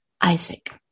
Isaac